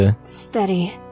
Steady